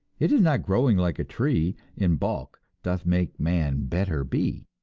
it is not growing like a tree in bulk doth make man better be.